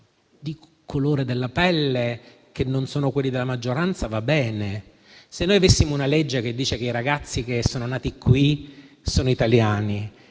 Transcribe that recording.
un colore della pelle che non sono quelli della maggioranza va bene. Se noi avessimo una legge che dice che i ragazzi che sono nati qui sono italiani